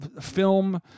film